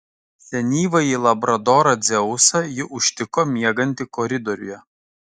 senyvąjį labradorą dzeusą ji užtiko miegantį koridoriuje